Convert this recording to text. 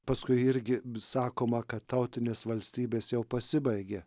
paskui irgi vis sakoma kad tautinės valstybės jau pasibaigė